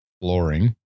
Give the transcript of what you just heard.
flooring